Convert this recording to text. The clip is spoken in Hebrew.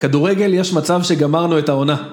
כדורגל יש מצב שגמרנו את העונה.